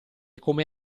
come